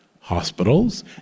hospitals